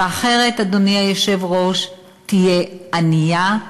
והאחרת, אדוני היושב-ראש, תהיה ענייה,